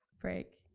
brake,